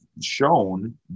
shown